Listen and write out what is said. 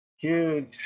Huge